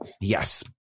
Yes